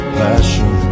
passion